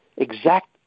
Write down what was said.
exact